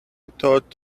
thought